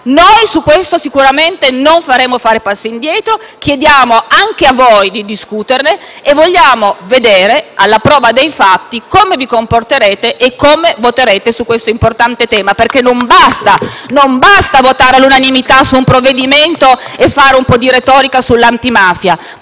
Noi su questo sicuramente non faremo fare passi indietro. Chiediamo anche a voi di discuterne e vogliamo vedere, alla prova dei fatti, come vi comporterete e come voterete su questo importante tema. *(Applausi dal Gruppo PD)*. Non basta votare all'unanimità su un provvedimento e fare un po' di retorica sull'antimafia